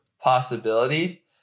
possibility